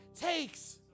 takes